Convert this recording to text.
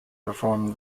performing